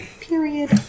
Period